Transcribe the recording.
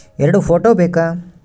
ಎರಡು ಫೋಟೋ ಬೇಕಾ?